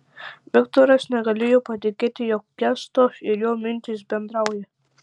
viktoras negalėjo patikėti jog kęsto ir jo mintys bendrauja